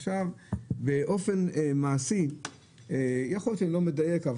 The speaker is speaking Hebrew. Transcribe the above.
עכשיו באופן מעשי יכול היות שאני לא מדייק,